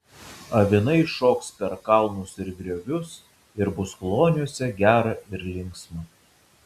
avinai šoks per kalnus ir griovius ir bus kloniuose gera ir linksma